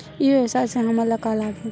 ई व्यवसाय से हमन ला का लाभ हे?